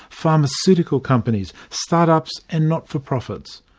pharmaceutical companies, start-ups and not-for-profits.